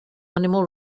animal